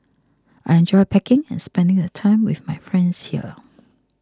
I enjoy packing and spending the time with my friends here